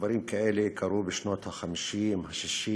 דברים כאלה קרו בשנות ה-50, ה-60,